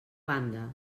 banda